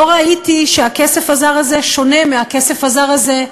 לא ראיתי שהכסף הזר הזה שונה מהכסף הזר הזה.